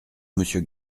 monsieur